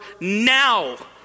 now